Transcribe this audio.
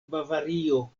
bavario